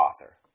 author